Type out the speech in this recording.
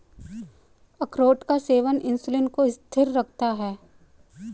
अखरोट का सेवन इंसुलिन को स्थिर रखता है